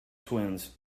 twins